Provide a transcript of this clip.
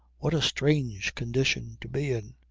what a strange condition to be in.